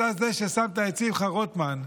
אתה זה ששמת את שמחה רוטמן,